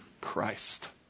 Christ